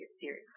series